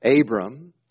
Abram